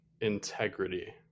integrity